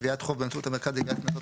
גביית חוב באמצעות המרכז לגביית קנסות,